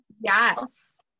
yes